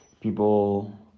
people